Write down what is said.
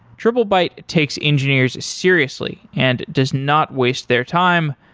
triplebyte takes engineers seriously and does not waste their time,